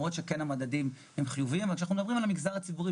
אבל אם בכל זאת מסתכלים על המגזר הציבורי